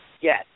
yes